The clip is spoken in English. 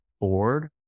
bored